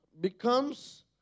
becomes